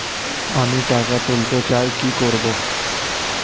আমি টাকা তুলতে চাই কি করব?